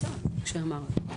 (באמצעות מצגת)